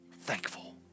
thankful